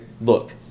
look